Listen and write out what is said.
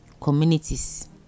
Communities